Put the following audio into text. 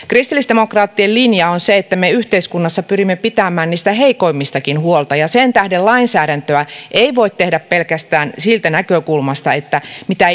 kristillisdemokraattien linja on se että me yhteiskunnassa pyrimme pitämään niistä heikoimmistakin huolta ja sen tähden lainsäädäntöä ei voi tehdä pelkästään siitä näkökulmasta mitä